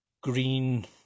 green